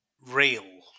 real